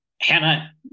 Hannah